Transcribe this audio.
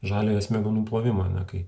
žaliojo smegenų plovimo ane kai